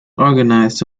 organized